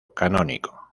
canónico